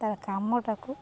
ତାର କାମଟାକୁ